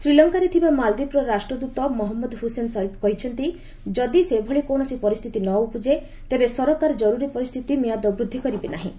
ଶ୍ରୀଲଙ୍କାରେ ଥିବା ମାଳଦୀପର ରାଷ୍ଟ୍ରଦୂତ ମହମ୍ମଦ ହୁସେନ୍ ସରିଫ୍ କହିଛନ୍ତି ଯଦି ସେଭଳି କୌଣସି ପରିସ୍ଥିତି ନ ଉପୁଜେ ତେବେ ସରକାର ଜରୁରୀ ପରିସ୍ଥିତି ମିଆଦ ବୃଦ୍ଧି କରିବେ ନାହିଁ